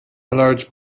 large